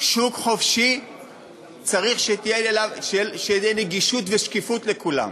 שוק חופשי צריך שתהיה לו נגישות ושקיפות לכולם.